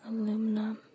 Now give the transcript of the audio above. Aluminum